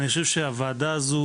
אני חושב שהוועדה הזו,